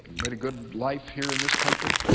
made a good life here in this country,